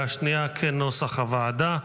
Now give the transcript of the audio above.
כנוסח הוועדה,